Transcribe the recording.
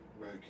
Right